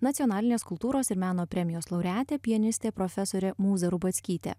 nacionalinės kultūros ir meno premijos laureatė pianistė profesorė mūza rubackytė